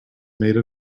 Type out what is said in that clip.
made